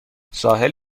ساحل